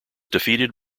defeated